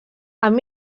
amb